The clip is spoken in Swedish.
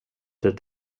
det